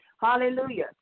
Hallelujah